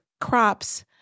crops